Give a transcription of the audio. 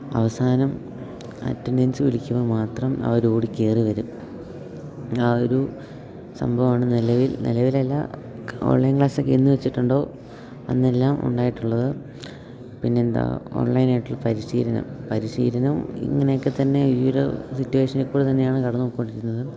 അവസാനം അറ്റൻഡൻസ് വിളിക്കുമ്പോൾ മാത്രം അവരോടി കയറിവരും ആ ഒരു സംഭവമാണ് നിലവിൽ നിലവിലല്ല ഓൺലൈൻ ക്ലാസ്സൊക്കെ എന്നു വെച്ചിട്ടുണ്ടോ അന്നെല്ലാം ഉണ്ടായിട്ടുള്ളത് പിന്നെന്താ ഓൺലൈനായിട്ടുള്ള പരിശീലനം പരിശീലനം ഇങ്ങനെയൊക്കെ തന്നെ ഈ ഒരു സിറ്റുവേഷനിൽക്കൂടി തന്നെയാണ് കടന്നു പൊയ്ക്കൊണ്ടിരിന്നത്